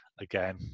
Again